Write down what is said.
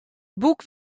boek